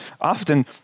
often